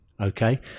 Okay